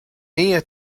mia